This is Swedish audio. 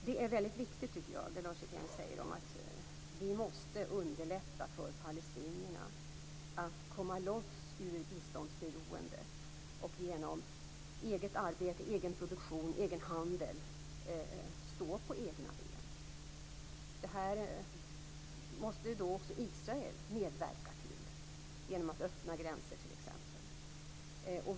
Det är viktigt, som Lars Hjertén säger, att vi måste underlätta för palestinierna att komma loss ur biståndsberoendet och med hjälp av eget arbete, egen produktion och handel stå på egna ben. Detta måste också Israel medverka till, t.ex. genom att öppna gränser.